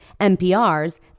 NPRs